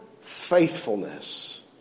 faithfulness